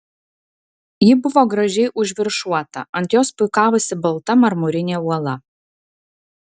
ji buvo gražiai užviršuota ant jos puikavosi balta marmurinė uola